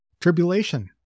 tribulation